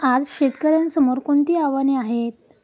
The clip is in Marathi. आज शेतकऱ्यांसमोर कोणती आव्हाने आहेत?